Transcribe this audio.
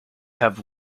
have